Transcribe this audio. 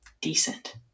decent